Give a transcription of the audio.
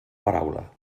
paraula